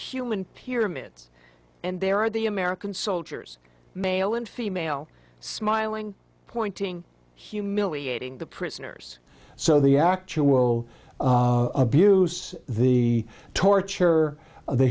human pyramids and there are the american soldiers male and female smiling pointing humiliating the prisoners so the actual abuse the torture